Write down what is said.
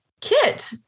Kit